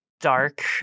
dark